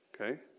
Okay